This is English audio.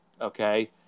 okay